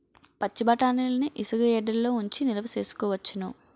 పచ్చిబఠాణీలని ఇసుగెడ్డలలో ఉంచి నిలవ సేసుకోవచ్చును